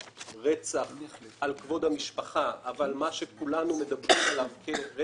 רצח על רקע כבוד המשפחה אבל מה שכולנו מדברים עליו כמה